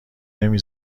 نمی